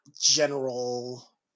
general